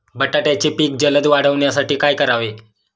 बटाट्याचे पीक जलद वाढवण्यासाठी काय करावे?